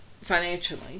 Financially